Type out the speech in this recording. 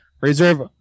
Reserve